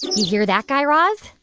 you hear that, guy raz?